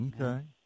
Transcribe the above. Okay